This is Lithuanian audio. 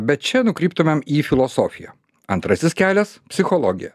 bet čia nukryptumėm į filosofiją antrasis kelias psichologija